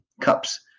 cups